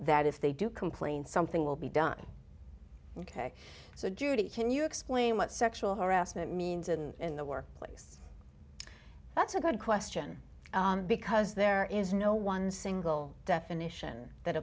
that if they do complain something will be done ok so judy can you explain what sexual harassment means in the workplace that's a good question because there is no one single definition that